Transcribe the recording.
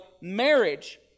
marriage